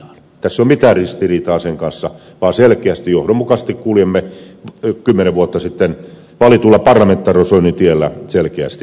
tässä ei ole mitään ristiriitaa sen kanssa vaan johdonmukaisesti kuljemme kymmenen vuotta sitten valitulla parlamentarisoinnin tiellä selkeästi eteenpäin